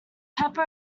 pepper